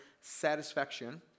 satisfaction